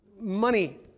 money